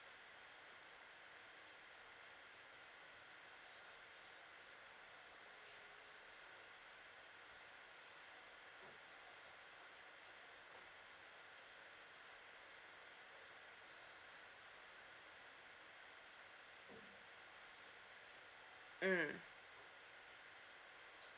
mm